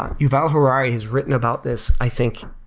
yuval harari has written about this, i think,